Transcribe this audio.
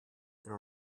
there